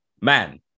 man